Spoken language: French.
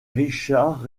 richards